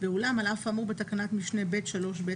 ואולם על אף האמור בתקנת משנה (ב)(3)(ב)(4),